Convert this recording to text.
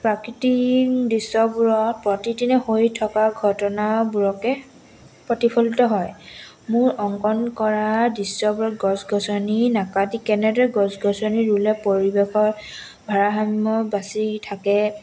প্ৰাকৃতিক দৃশ্যবোৰত প্ৰতিদিনে হৈ থকা ঘটনাবোৰকে প্ৰতিফলিত হয় মোৰ অংকন কৰা দৃশ্যবোৰত গছ গছনি নাকাটি কেনেদৰে গছ গছনি ৰুলে পৰিৱেশৰ ভাাৰসাম্য বাচি থাকে